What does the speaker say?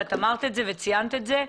ואת אמרת את זה וציינת את זה.